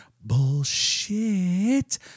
Bullshit